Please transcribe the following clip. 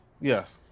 Yes